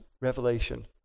revelation